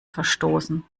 verstoßen